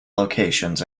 locations